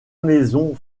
maisons